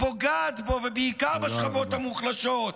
פוגעת בו, ובעיקר בשכבות המוחלשות.